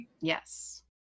Yes